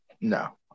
No